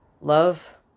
love